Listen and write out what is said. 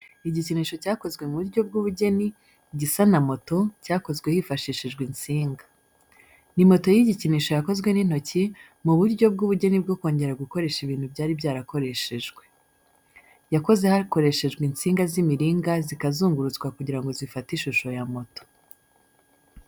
Igikinisho cyakozwe mu buryo bw’ubugeni, gisa na moto, cyakozwe hifashishijwe insinga. Ni moto y’igikinisho yakozwe n’intoki, mu buryo bw’ubugeni bwo kongera gukoresha ibintu byari byarakoreshejwe. Yakozwe hakoreshejwe insinga z’imiringa zikazungurutswa kugira ngo zifate ishusho ya moto.